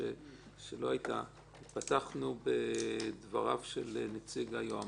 פתחנו בדבריו של נציג היועמ"ש,